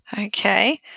Okay